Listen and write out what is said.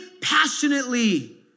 passionately